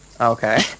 Okay